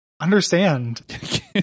understand